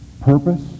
purpose